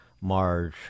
marge